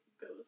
goes